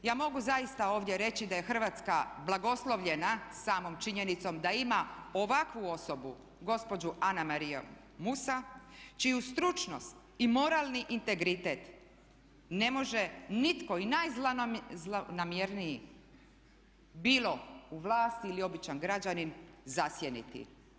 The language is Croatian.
Ja mogu zaista ovdje reći da je Hrvatska blagoslovljena samom činjenicom da ima ovakvu osobu gospođu Ana Mariju Musa čiju stručnost i moralni integritet ne može nitko i najzlonamjerniji bilo u vlasti ili običan građanin zasjeniti.